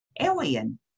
alien